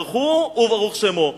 ברוך הוא וברוך שמו.